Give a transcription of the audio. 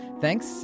Thanks